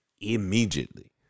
immediately